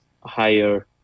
higher